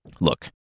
Look